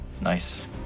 Nice